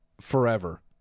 Forever